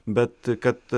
bet kad